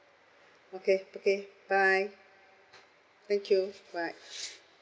okay okay bye thank you bye